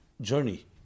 journey